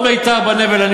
שכל העולם סוער,